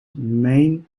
main